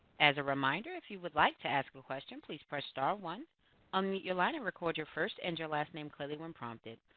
as a reminder if you would like to ask a question, please press star one on your line and record your first and your last name clearly when prompted.